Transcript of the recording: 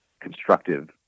constructive